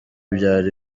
byari